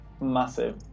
massive